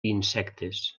insectes